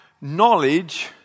knowledge